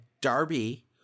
Darby